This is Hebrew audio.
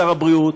שר הבריאות,